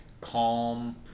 calm